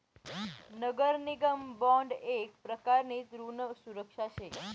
नगर निगम बॉन्ड येक प्रकारनी ऋण सुरक्षा शे